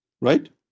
Right